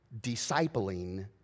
discipling